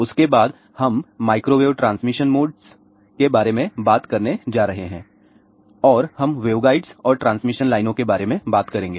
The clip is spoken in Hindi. उसके बाद हम माइक्रोवेव ट्रांसमिशन मोड्स के बारे में बात करने जा रहे हैं और हम वेवगाइड्स और ट्रांसमिशन लाइनों के बारे में बात करेंगे